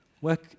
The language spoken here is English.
Work